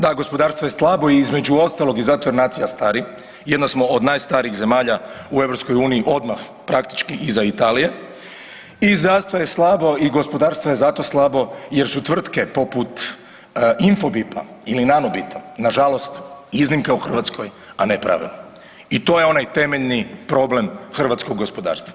Da, gospodarstvo je slabo i između ostalog i zato jer nacija stari, jedna smo od najstarijih zemalja u EU odmah praktički iza Italije i gospodarstvo je zato slabo jer su tvrtke poput INFOBIP-a ili NANOBIT-a nažalost iznimka u Hrvatskoj, a ne pravilo i to je onaj temeljni problem hrvatskog gospodarstva.